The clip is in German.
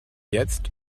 jetzt